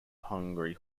hungry